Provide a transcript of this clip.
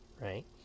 right